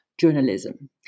journalism